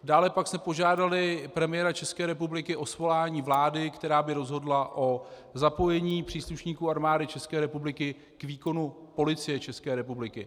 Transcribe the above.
Dále pak jsme požádali premiéra České republiky o svolání vlády, která by rozhodla o zapojení příslušníků Armády České republiky k výkonu Policie České republiky.